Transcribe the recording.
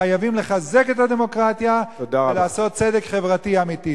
חייבים לחזק את הדמוקרטיה ולעשות צדק חברתי אמיתי.